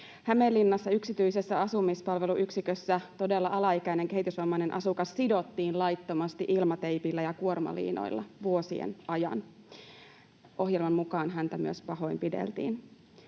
Hämeenlinnassa yksityisessä asumispalveluyksikössä todellakin alaikäinen kehitysvammainen asukas sidottiin laittomasti ilmateipillä ja kuormaliinoilla vuosien ajan. Ohjelman mukaan häntä myös pahoinpideltiin.